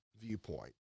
viewpoint